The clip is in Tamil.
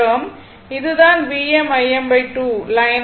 இது தான் Vm Im 2 லைன் ஆகும்